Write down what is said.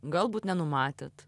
galbūt nenumatėt